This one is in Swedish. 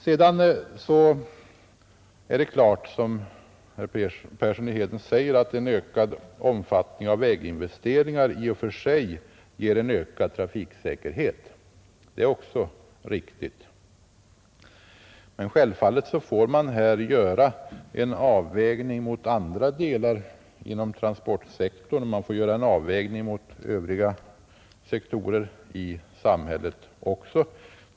Sedan är det också riktigt som herr Persson säger, att ökade väginvesteringar i och för sig ger ökad trafiksäkerhet. Men där får man självfallet göra en avvägning mot andra delar av transportsektorn och även mot övriga sektorer i samhället.